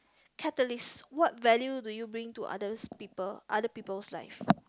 catalyst what value do you bring to others people other people's life